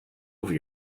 over